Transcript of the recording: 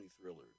thrillers